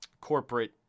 corporate